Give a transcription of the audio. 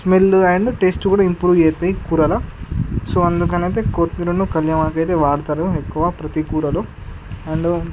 smell and taste కూడా improve అవుతాయి కూరలో సో అందుకని అయితే కొత్తిమీర కల్యమాకు అయితే వాడుతారు ఎక్కువ ప్రతి కూరలో అండ్